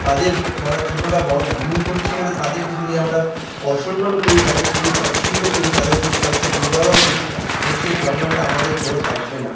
তাদের ছোটোরা ভুল করছে বলে তাদেরকে যদি আমরা অসন্মান করি তাদের যদি তাচ্ছিল্য করি তাদের সাথে দুর্ব্যবহার করি তাহলে সে সন্মানটা আমাদের ফেরত আসবে না